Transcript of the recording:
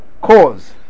Cause